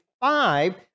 five